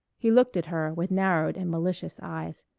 he looked at her with narrowed and malicious eyes.